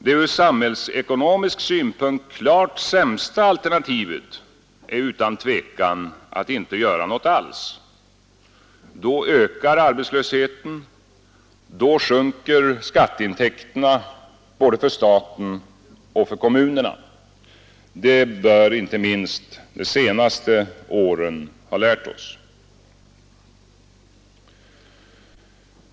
Det ur samhällsekonomisk synpunkt klart sämsta alternativet är utan tvivel att inte göra någonting alls då ökar arbetslösheten och då sjunker skatteintäkterna för både stat och kommun. Det bör inte minst de senaste åren ha lärt oss.